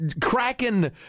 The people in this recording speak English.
cracking